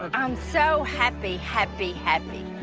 i'm so happy happy happy!